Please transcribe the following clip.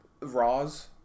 Roz